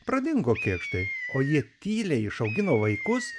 pradingo kėkštai o ji tyliai išaugino vaikus